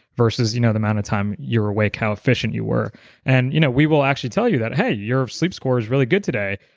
versus you know the amount of time you're awake, how efficient you were and you know we will actually tell you that, hey, your sleep score is really good today.